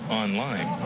online